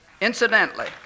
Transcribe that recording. Incidentally